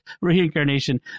reincarnation